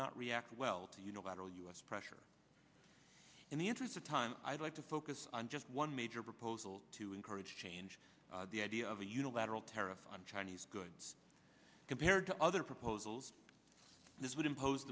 not react well to unilateral u s pressure in the interests of time i'd like to focus on just one major proposal to encourage change the idea of a unilateral tariffs on chinese goods compared to other proposals this would impose